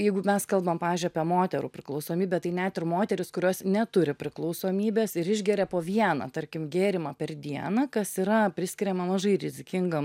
jeigu mes kalbam pavyzdžiui apie moterų priklausomybę tai net ir moterys kurios neturi priklausomybės ir išgeria po vieną tarkim gėrimą per dieną kas yra priskiriama mažai rizikingam